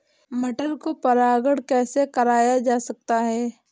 मटर को परागण कैसे कराया जाता है?